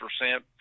percent